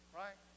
right